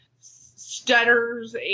stutters